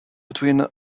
between